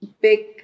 big